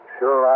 sure